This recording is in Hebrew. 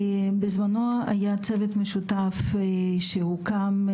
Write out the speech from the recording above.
בזמנו היה צוות משותף שהוקם,